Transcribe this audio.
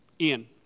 Ian